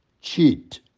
cheat